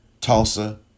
Tulsa